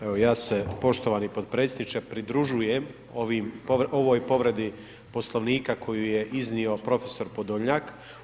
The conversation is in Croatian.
Evo, ja se poštovani potpredsjedniče pridružujem ovoj povredi Poslovnika koju je iznio prof. Podolnjak.